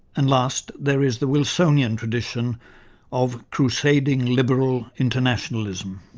and last there is the wilsonian tradition of crusading liberal internationalism.